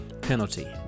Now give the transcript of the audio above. penalty